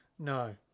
No